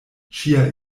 ŝia